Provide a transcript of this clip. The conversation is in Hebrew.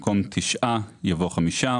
במקום "תשעה" יבוא "חמישה",